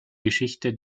geschichte